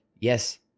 yes